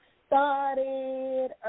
started